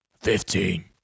Fifteen